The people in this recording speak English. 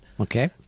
Okay